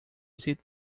seat